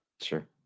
Sure